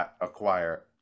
acquire